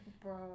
bro